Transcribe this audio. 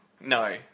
No